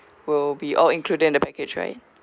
will be all included in the package right